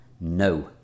no